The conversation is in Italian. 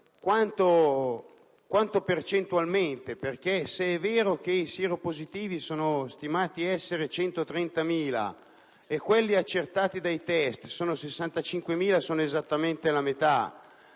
quanto percentualmente, se è vero che i sieropositivi sono stimati essere 130.000 e quelli accertati dai test 65.000, esattamente la metà.